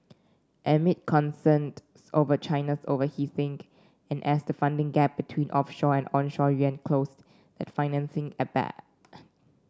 amid concerned over China's overheating and as the funding gap between offshore and onshore yuan closed that financing ebbed